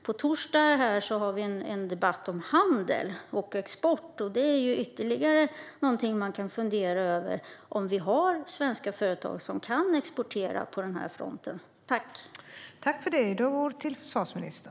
På torsdag har vi en debatt om handel och export här. Det är ytterligare någonting som man kan fundera över: om vi har svenska företag som kan exportera på den här fronten.